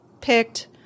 picked